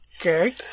Okay